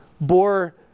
bore